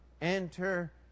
enter